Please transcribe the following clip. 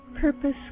purpose